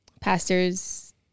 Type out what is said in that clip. pastors